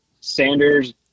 Sanders